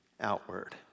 outward